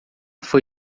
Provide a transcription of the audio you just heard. foi